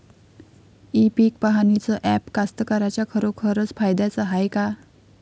इ पीक पहानीचं ॲप कास्तकाराइच्या खरोखर फायद्याचं हाये का?